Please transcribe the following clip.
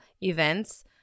events